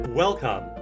Welcome